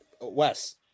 wes